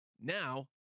Now